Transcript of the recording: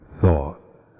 thought